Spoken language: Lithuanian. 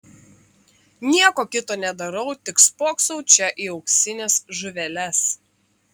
nieko kito nedarau tik spoksau čia į auksines žuveles